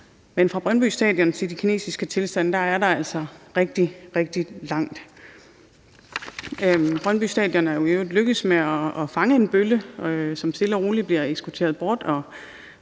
Men fra Brøndby Stadion til kinesiske tilstande er der altså rigtig, rigtig langt. Brøndby Stadion er jo i øvrigt lykkedes med at fange en bølle, som stille og roligt blev ekskorteret bort